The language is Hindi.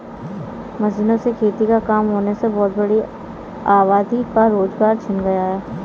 मशीनों से खेती का काम होने से बहुत बड़ी आबादी का रोजगार छिन गया है